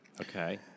Okay